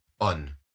on